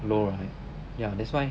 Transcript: low ah ya that's why